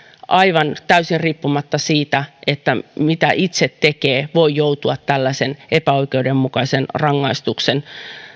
aivan täysin riippumatta siitä mitä itse tekee voi joutua tällaisen epäoikeudenmukaisen rangaistuksen